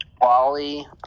Wally